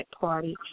Party